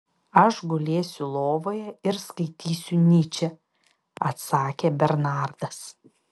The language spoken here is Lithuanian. aš gulėsiu lovoje ir skaitysiu nyčę atsakė bernardas